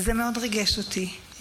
זה מאוד ריגש אותי,